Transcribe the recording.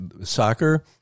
soccer